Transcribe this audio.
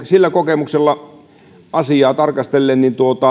sillä kokemuksella asiaa tarkastellen